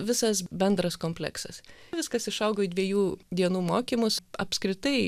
visas bendras kompleksas viskas išaugo į dviejų dienų mokymus apskritai